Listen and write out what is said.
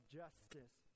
justice